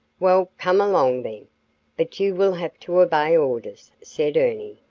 well, come along, then but you will have to obey orders, said ernie,